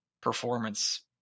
performance